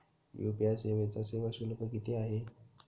UPI सेवेचा सेवा शुल्क किती आहे?